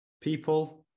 people